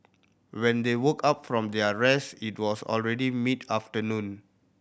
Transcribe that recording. when they woke up from their rest it was already mid afternoon